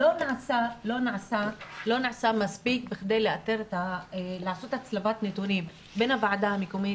לא נעשה מספיק בכדי לעשות הצלבת נתונים בין הוועדה המקומית,